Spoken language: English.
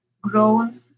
grown